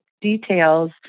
details